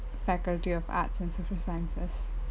faculty of arts and social sciences